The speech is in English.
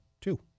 two